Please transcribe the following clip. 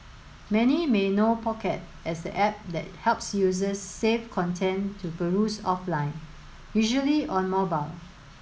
many may know Pocket as the app that helps users save content to peruse offline usually on mobile